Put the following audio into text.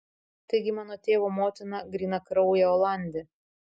taigi mano tėvo motina grynakraujė olandė